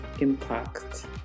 impact